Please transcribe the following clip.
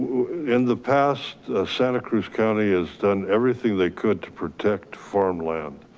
in the past, santa cruz county has done everything they could to protect farmland.